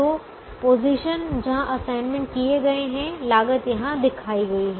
तो पोजीशन जहां असाइनमेंट किए गए हैं लागत यहां दिखाई गई है